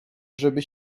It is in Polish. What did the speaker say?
żeby